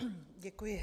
Děkuji.